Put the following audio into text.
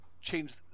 change